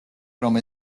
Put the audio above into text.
რომ